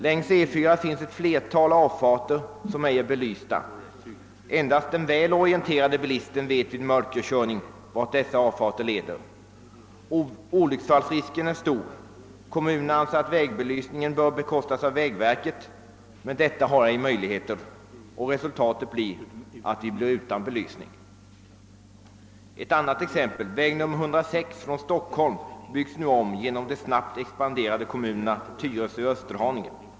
Längs E 4 finns ett flertal avfarter som ej är belysta. Endast den väl orienterade bilisten kan vid mörkerkörning veta vart dessa avfarter leder. Olycksfallsrisken är stor. Kommunerna anser att belysningen bör bekostas av vägverket, men detta har ej möjligheter härtill. Resultatet är att vi står utan belysning. Vidare byggs väg 601 från Stockholm om genom de snabbt expanderande kommunerna Tyresö och Österhaninge.